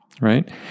right